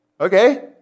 Okay